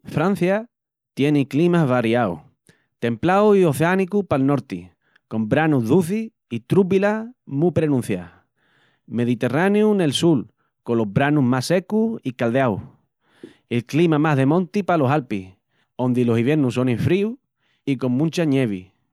Francia tieni climas variaus: templau i oceánicu pal norti con branus ducis i trúbilas mu prenunciás, mediterráneu nel sul colos branus más secus i caldeaus i'l clima más de monti palos Alpis ondi los iviernus sonin fríus i con muncha ñevi.